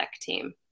team